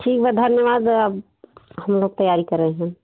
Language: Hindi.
ठीक है धन्यवाद जरा हम लोग तैयारी कर रहे हैं